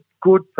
good